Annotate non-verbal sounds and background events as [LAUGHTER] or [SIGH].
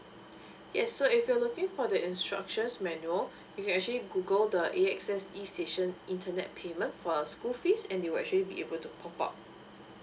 [BREATH] yes so if you're looking for the instructions manual [BREATH] you can actually google the a x s e station internet payment for the school fees and they will actually be able to pop up